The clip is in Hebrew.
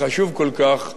החשוב כל כך,